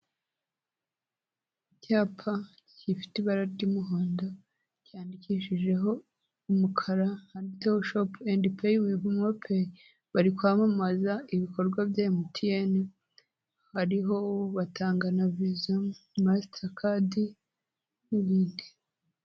icyapa gifite ibara ry'umuhondo cyanyandikishijeho umukara handitseho ngo "shop and pay with MoMo Pay" bari kwamamaza ibikorwa bya MTN hariho batanga na VISA ,mastercard n'ibindi